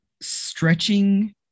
stretching